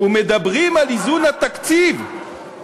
ומדברים על איזון התקציב,